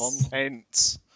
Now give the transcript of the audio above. content